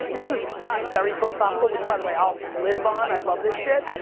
this has gotten very philosophical, which by the way, i'll live on, i love this shit,